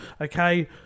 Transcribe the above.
okay